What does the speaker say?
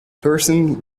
person